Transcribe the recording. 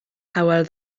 hywel